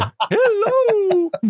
Hello